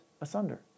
asunder